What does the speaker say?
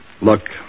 Look